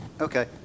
Okay